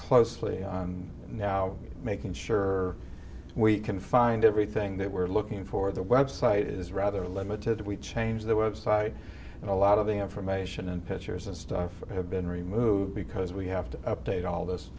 closely now making sure we can find everything that we're looking for the website is rather limited if we change the website and a lot of the information and pictures and stuff have been removed because we have to update all this